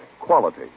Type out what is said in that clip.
Quality